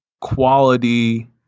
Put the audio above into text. quality